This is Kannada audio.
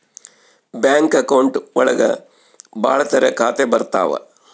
ಬ್ಯಾಂಕ್ ಅಕೌಂಟ್ ಒಳಗ ಭಾಳ ತರ ಖಾತೆ ಬರ್ತಾವ್